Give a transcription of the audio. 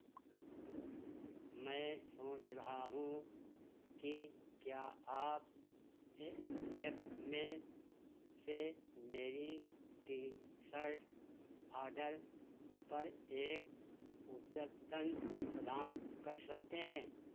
मैं सोच रहा हूँ की क्या आप एप में से मेरी टी शर्ट ऑर्डर पर एक अद्यतन प्रदान कर सकते हैं